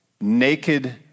naked